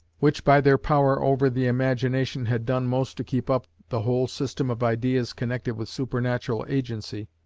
which by their power over the imagination had done most to keep up the whole system of ideas connected with supernatural agency,